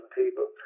people